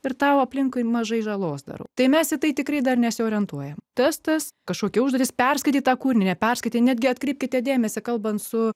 ir tau aplinkui mažai žalos darau tai mes tai tikrai dar nesiorientuoja testas kažkokia užduotis perskaitytą kūrinį neperskaitė netgi atkreipkite dėmesį kalbant su